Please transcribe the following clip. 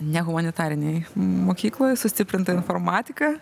ne humanitarinėj mokykloj sustiprinta informatika